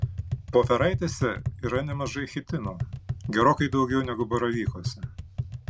voveraitėse yra nemažai chitino gerokai daugiau negu baravykuose